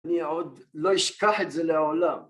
‫אני עוד לא אשכח את זה לעולם.